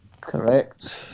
Correct